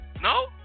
No